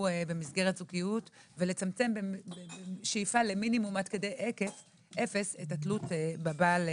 במסגרת זוגיות ובשאיפה לצמצם למינימום עד 0 את התלות בבעל,